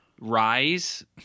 rise